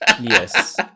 Yes